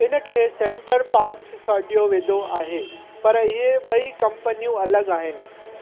इन खे Center Parcs सॾियो वेंदो आहे पर इहे ॿई कंपनियूं अलॻि आहिनि